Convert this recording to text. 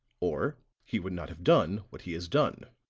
or he would not have done what he has done.